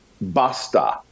basta